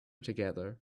together